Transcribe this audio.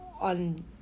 on